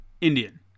Indian